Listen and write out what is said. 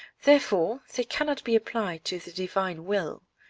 therefore they cannot be applied to the divine will.